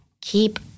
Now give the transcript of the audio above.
keep